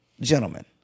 gentlemen